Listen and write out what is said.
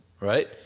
right